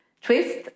Twist